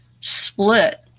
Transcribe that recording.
split